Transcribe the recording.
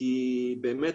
כי באמת,